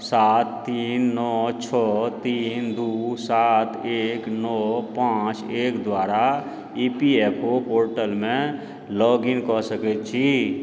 सात तीन नओ छओ तीन दू सात एक नओ पाँच एक द्वारा E P F O portal मे लॉग इन कऽ सकैत छी